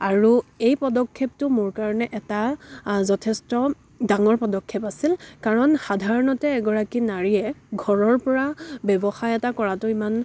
আৰু এই পদক্ষেপটো মোৰ কাৰণে এটা যথেষ্ট ডাঙৰ পদক্ষেপ আছিল কাৰণ সাধাৰণতে এগৰাকী নাৰীয়ে ঘৰৰ পৰা ব্যৱসায় এটা কৰাটো ইমান